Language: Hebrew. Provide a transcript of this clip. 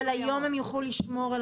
אבל היום הם יוכלו להישאר.